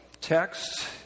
text